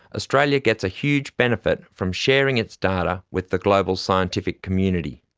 australia gets a huge benefit from sharing its data with the global scientific community.